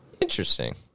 Interesting